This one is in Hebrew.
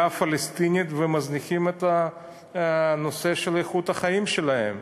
הפלסטינית ומזניחים את הנושא של איכות החיים שלהם.